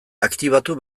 aktibatu